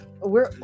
We're-